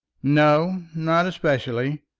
no, not especially.